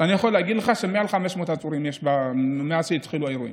אני יכול להגיד לך שיש מעל 500 עצורים מאז התחילו האירועים.